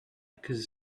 because